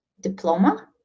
diploma